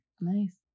Nice